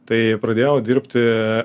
tai pradėjau dirbti